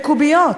לקוביות,